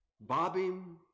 bobbing